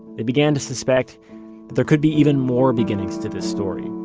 they began to suspect there could be even more beginnings to this story.